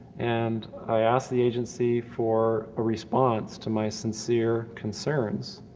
and i asked the agency for a response to my sincere concerns,